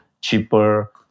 cheaper